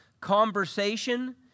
conversation